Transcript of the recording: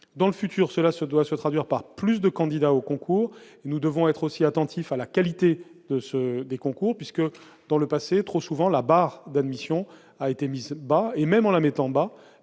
dans le futur, cela se doit se traduire par plus de candidats au concours, nous devons être aussi attentif à la qualité de ceux des concours puisque dans le passé trop souvent la barre d'admission, a été mise bas et même en la mettant bas,